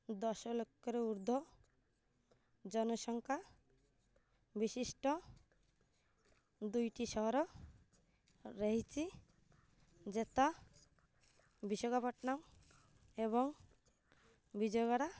ଦଶ ଲକ୍ଷରୁ ଉର୍ଦ୍ଧ୍ଵ ଜନସଂଖ୍ୟା ବିଶିଷ୍ଟ ଦୁଇଟି ସହର ରହିଛି ଯଥା ବିଶାଖାପାଟଣା ଏବଂ ବିଜୟୱାଡ଼ା